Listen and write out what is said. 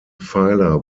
pfeiler